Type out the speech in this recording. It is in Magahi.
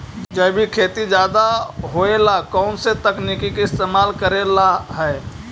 जैविक खेती ज्यादा होये ला कौन से तकनीक के इस्तेमाल करेला हई?